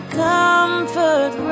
comfort